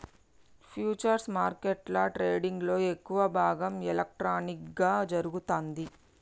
futures మార్కెట్ల ట్రేడింగ్లో ఎక్కువ భాగం ఎలక్ట్రానిక్గా జరుగుతాంది